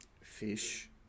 fish